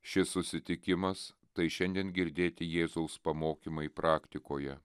šis susitikimas tai šiandien girdėti jėzaus pamokymai praktikoje